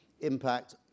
impact